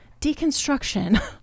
Deconstruction